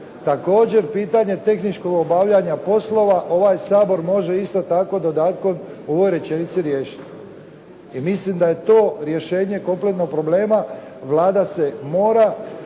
Također pitanje tehničkog obavljanja poslova ovaj Sabor može isto tako dodatkom ove rečenice riješiti i mislim da je to rješenje kompletnog problema. Vlada mora